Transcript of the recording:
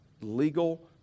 legal